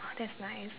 !wah! that's nice